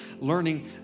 learning